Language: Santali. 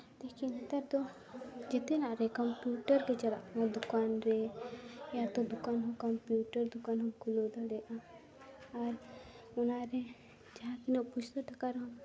ᱞᱮᱠᱤᱱ ᱱᱮᱛᱟᱨ ᱫᱚ ᱡᱮᱛᱮᱱᱟᱜ ᱨᱮ ᱠᱚᱢᱯᱤᱭᱩᱴᱟᱨ ᱫᱚ ᱪᱟᱞᱟᱜ ᱠᱟᱱᱟ ᱫᱚᱠᱟᱱ ᱨᱮ ᱤᱭᱟ ᱛᱚ ᱫᱚᱠᱟᱱ ᱠᱚᱢᱯᱚᱭᱩᱴᱟᱨ ᱫᱚᱠᱟᱱ ᱦᱚᱸᱢ ᱠᱷᱩᱞᱟᱹᱣ ᱫᱟᱲᱮᱭᱟᱜᱼᱟ ᱟᱨ ᱚᱱᱟᱨᱮ ᱡᱟᱦᱟᱸ ᱛᱤᱱᱟᱹᱜ ᱯᱩᱭᱥᱟᱹ ᱴᱟᱠᱟ ᱨᱮᱦᱚᱸ